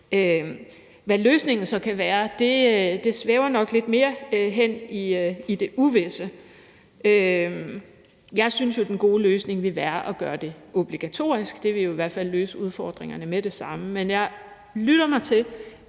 Hvad løsningen så kan være, svæver nok lidt mere i det uvisse. Jeg synes jo, at den gode løsning vil være at gøre det obligatorisk. Det ville jo i hvert fald løse udfordringerne med det samme. Men jeg lytter mig til,